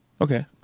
Okay